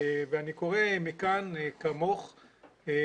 אני קורא מכאן כמוך,